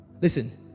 Listen